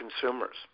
consumers